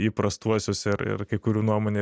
įprastuosius ir ir kai kurių nuomonė